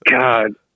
God